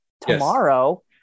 tomorrow